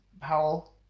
Powell